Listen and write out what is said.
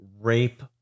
rape